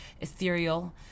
ethereal